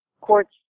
courts